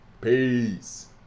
Peace